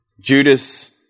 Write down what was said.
Judas